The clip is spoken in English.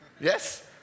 Yes